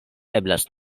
eblas